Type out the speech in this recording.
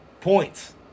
points